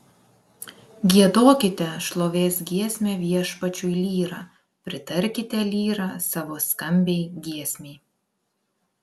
giedokite šlovės giesmę viešpačiui lyra pritarkite lyra savo skambiai giesmei